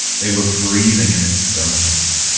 they were breathing in its stones.